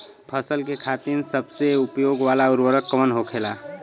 फसल के खातिन सबसे उपयोग वाला उर्वरक कवन होखेला?